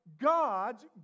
God's